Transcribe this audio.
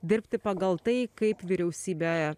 dirbti pagal tai kaip vyriausybė